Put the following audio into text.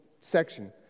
Section